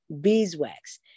beeswax